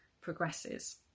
progresses